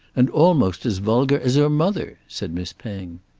and almost as vulgar as her mother, said miss penge.